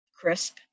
crisp